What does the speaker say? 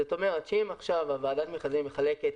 זאת אומרת שאם עכשיו ועדת המכרזים מחלקת